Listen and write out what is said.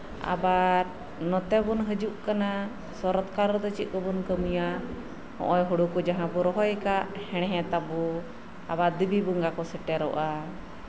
ᱟᱵᱟᱨ ᱱᱚᱛᱮ ᱵᱚᱱ ᱦᱤᱡᱩᱜ ᱠᱟᱱᱟ ᱥᱚᱨᱚᱛ ᱠᱟᱞ ᱨᱮᱫᱚ ᱪᱮᱫ ᱵᱚᱱ ᱠᱟᱹᱢᱤᱭᱟ ᱱᱚᱜᱼᱚᱭ ᱦᱳᱲᱳ ᱠᱚ ᱡᱟᱦᱟᱸ ᱠᱚᱵᱚᱱ ᱨᱚᱦᱚᱭ ᱠᱟᱜ ᱦᱮᱲᱦᱮᱫ ᱟᱵᱚ ᱟᱵᱟᱨ ᱫᱮᱵᱤ ᱵᱚᱸᱜᱟ ᱠᱚ ᱥᱮᱴᱮᱨᱚᱜᱼᱟ